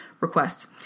requests